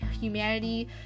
humanity